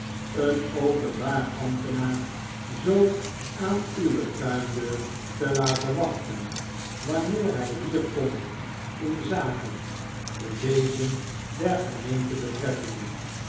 een openbaar ambtenaar zoo aan uwe tuindeur te laten wachten wanneer hij hier komt in zaken de weezen der gemeente betreffende